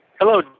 Hello